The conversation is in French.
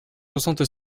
soixante